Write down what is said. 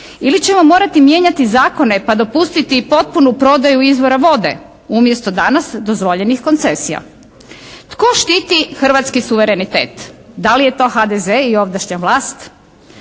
ili ćemo morati mijenjati zakone pa dopustiti i potpunu prodaju izvora vode umjesto danas dozvoljenih koncesija. Tko štiti hrvatski suverenitet? Da li je to HDZ i ovdašnja vlast?